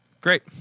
Great